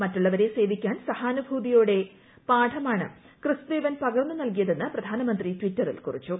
മറ്റുള്ളവരെ സേവിക്കാൻ സഹാനുഭൂതിയുടെ പാഠമാണ് ക്രിസ്തുദേവൻ പകർന്നു നൽകിയതെന്ന് പ്രധാനമന്ത്രി ട്വിറ്ററിൽ കുറിച്ചു